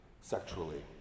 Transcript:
sexually